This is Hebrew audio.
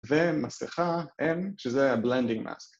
ומסכה M, שזה ה-blending mask.